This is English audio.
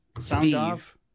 Steve